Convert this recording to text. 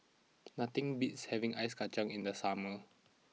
nothing beats having ice Kacang in the summer